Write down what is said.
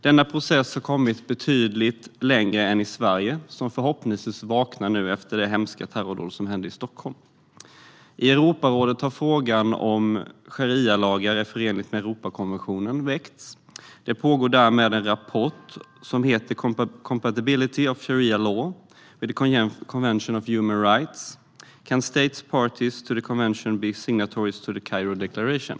Denna process har kommit betydligt längre än i Sverige, som förhoppningsvis vaknar efter det hemska terrordådet i Stockholm. I Europarådet har frågan väckts om sharialagar är förenliga med Europakonventionen. Det pågår ett arbete med en rapport som heter Compati bility of Sharia law with the European Convention on Human Rights: can States Parties to the Convention be signatories of the "Cairo Declara tion"?